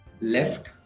left